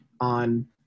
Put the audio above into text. on